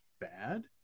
bad